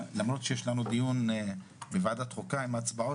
למרות שיש לנו דיון בוועדת חוקה עם הצבעות